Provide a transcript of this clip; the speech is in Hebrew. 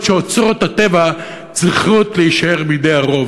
שאוצרות הטבע צריכים להישאר בידי הרוב.